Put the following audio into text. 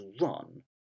run